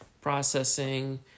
processing